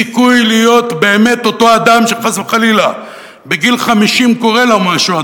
סיכוי להיות באמת אותו אדם שחס וחלילה בגיל 50 קורה לו משהו,